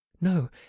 No